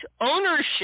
ownership